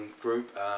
group